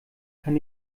kann